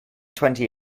twenty